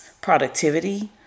productivity